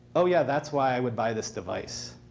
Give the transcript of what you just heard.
oh yeah, that's why i would buy this device.